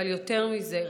אבל יותר מזה,